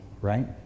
right